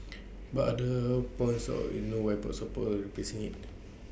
but others points out there no widespread out support facing IT